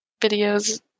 videos